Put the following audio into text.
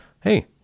Hey